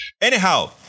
Anyhow